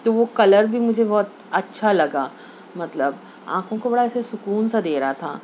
تو وہ کلر بھی مجھے بہت اچھا لگا مطلب آنکھوں کو بڑا ایسا سکون سا دے رہا تھا